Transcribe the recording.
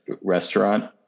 restaurant